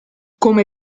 come